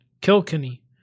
Kilkenny